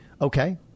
Okay